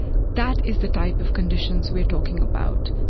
that is the type of conditions we are talking about.